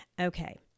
Okay